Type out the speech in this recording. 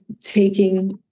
taking